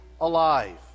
alive